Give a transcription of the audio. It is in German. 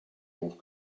hoch